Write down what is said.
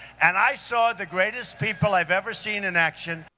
and i saw the greatest people i've ever seen in action